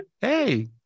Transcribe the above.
Hey